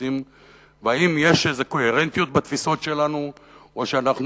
ואם יש איזה קוהרנטיות בתפיסות שלנו או שאנחנו